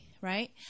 right